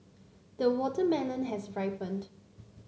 the watermelon has ripened